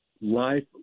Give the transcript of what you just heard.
life